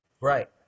Right